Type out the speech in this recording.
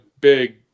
big